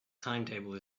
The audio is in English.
timetable